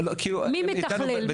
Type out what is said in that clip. מי מתכלל?